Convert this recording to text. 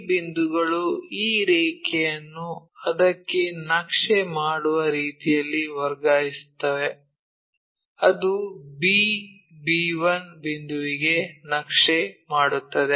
ಈ ಬಿಂದುಗಳು ಈ ರೇಖೆಯನ್ನು ಅದಕ್ಕೆ ನಕ್ಷೆ ಮಾಡುವ ರೀತಿಯಲ್ಲಿ ವರ್ಗಾಯಿಸುತ್ತವೆ ಅದು b b1 ಬಿಂದುವಿಗೆ ನಕ್ಷೆ ಮಾಡುತ್ತದೆ